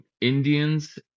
Indians